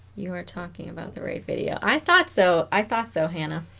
you are talking about the right video i thought so i thought so hannah